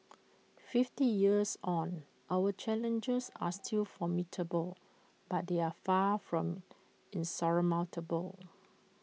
fifty years on our challenges are still formidable but they are far from insurmountable